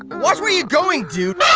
watch where you're going, du!